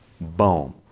boom